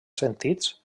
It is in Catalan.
sentits